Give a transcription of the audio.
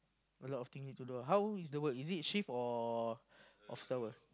a lot of thing need to do how is the work is it shift or off that work